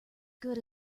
good